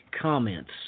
comments